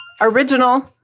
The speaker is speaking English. original